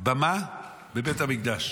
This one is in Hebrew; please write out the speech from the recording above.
במה בבית המקדש,